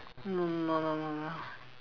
no no no no no no